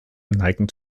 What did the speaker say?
neigen